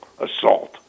assault